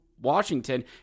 Washington